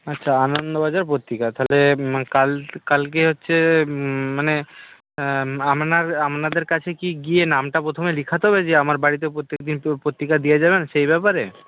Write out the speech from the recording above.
আচ্ছা আনন্দবাজার পত্রিকা তাহলে কাল কালকে হচ্ছে মানে আপনার আপনাদের কাছে কি গিয়ে নামটা প্রথমে লেখাতে হবে যে আমার বাড়িতে প্রত্যেকদিন কেউ পত্রিকা দিয়ে যাবেন সেই ব্যাপারে